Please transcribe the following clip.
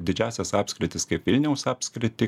didžiąsias apskritis kaip vilniaus apskritį